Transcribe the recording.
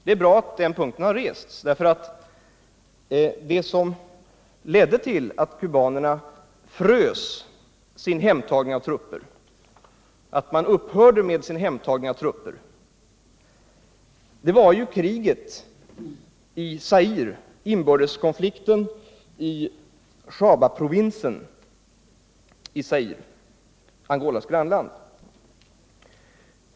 Det är bra att den frågan har rests, därför att det som ledde till att kubanerna upphörde med hemtagningen av trupper var inbördeskonflikten i Shabaprovinsen i Zaire, Angolas grannland.